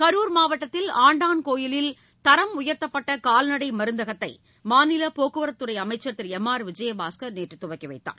கரூர் மாவட்டத்தில் ஆண்டாங்கோயிலில் தரம் உயர்த்தப்பட்ட கால்நடை மருந்தகத்தை மாநில போக்குவரத்துத்துறை அமைச்சர் திரு எம் ஆர் விஜயபாஸ்கர் நேற்று துவங்கிவைத்தார்